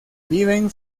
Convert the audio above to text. viven